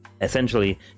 essentially